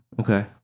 Okay